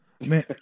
Man